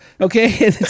Okay